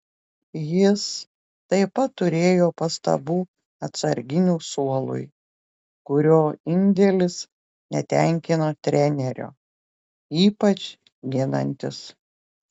jis taip pat turėjo pastabų atsarginių suolui kurio indėlis netenkino trenerio ypač ginantis